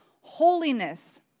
holiness